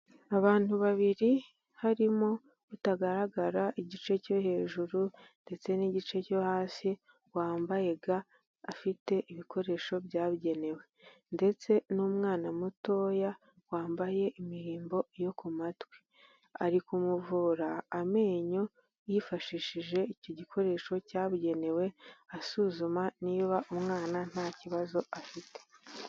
Abantu babiri harimo utagaragara igice cyo hejuru ndetse n'igice cyo hasi wambaye ga afite ibikoresho byabigenewe. Ndetse n'umwana mutoya wambaye imirimbo yo ku matwi. Ari kumuvura amenyo yifashishije icyo gikoresho cyabugenewe asuzuma niba umwana nta kibazo afite.